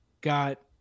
got